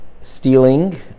stealing